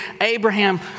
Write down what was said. Abraham